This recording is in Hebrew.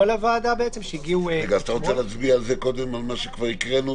לוועדה --- אז אתה רוצה להצביע קודם על מה שכבר הקראנו?